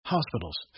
Hospitals